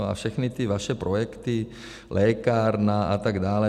A všechny ty vaše projekty, lékárna, a tak dále.